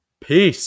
Peace